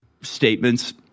statements